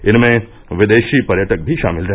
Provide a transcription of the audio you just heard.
इनमें विदेशी पर्यटक भी शामिल रहे